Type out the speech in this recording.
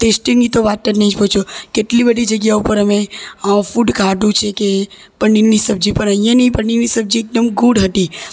ટેસ્ટીંગની તો વાત જ નહીં પૂછો કેટલી બધી જગ્યા ઉપર અમે ફૂડ ખાધું છે કે પનીરની સબ્જી પણ અહીંયાંની પનીરની સબ્જી એકદમ ગુડ હતી